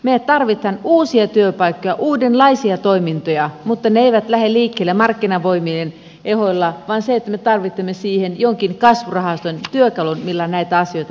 me tarvitsemme uusia työpaikkoja uudenlaisia toimintoja mutta ne eivät lähde liikkeelle markkinavoimien ehdoilla vaan me tarvitsemme siihen jonkin kasvurahaston työkalun millä näitä asioita pannaan liikkeelle